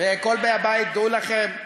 כל באי הבית, דעו לכם,